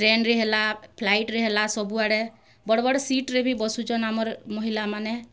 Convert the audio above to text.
ଟ୍ରେନ୍ରେ ହେଲା ଫ୍ଲାଇଟ୍ରେ ହେଲା ସବୁଆଡ଼େ ବଡ଼ ବଡ଼ ସିଟ୍ରେ ବସୁଛନ୍ ଆମର୍ ମହିଲାମାନେ